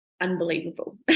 unbelievable